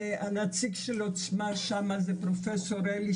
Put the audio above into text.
והנציג של עוצמה שם הוא פרופ' אלי